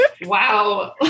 wow